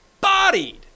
bodied